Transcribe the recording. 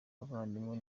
bavandimwe